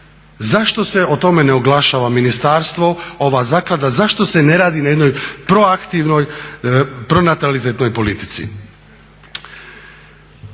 Zašto se o tome ne oglašava ministarstvo, ova zaklada, zašto se ne radi na jednoj proaktivnoj, pronatalitetnoj politici?